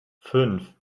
fünf